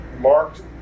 marked